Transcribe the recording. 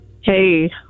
Hey